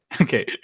Okay